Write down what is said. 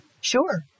Sure